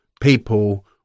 people